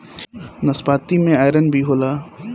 नाशपाती में आयरन भी होला